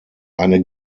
eine